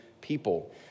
people